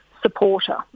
supporter